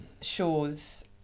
shows